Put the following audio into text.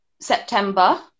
September